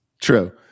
True